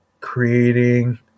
creating